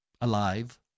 alive